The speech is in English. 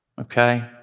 okay